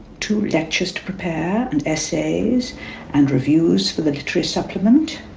two lectures to prepare and essays and reviews for the literary supplement.